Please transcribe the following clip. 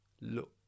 look